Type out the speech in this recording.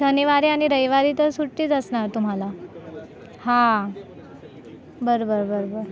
शनिवारी आणि रविवारी तर सुट्टीच असणार तुम्हाला हां बरं बरं बरबरं